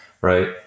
right